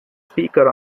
speaker